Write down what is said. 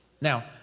Now